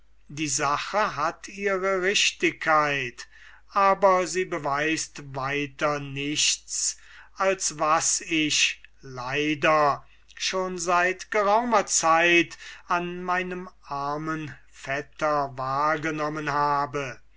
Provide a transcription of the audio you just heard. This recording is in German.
die sache hat ihre richtigkeit aber sie beweiset weiter nichts als was ich leider schon seit geraumer zeit an meinem armen vetter wahrgenommen habe